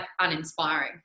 uninspiring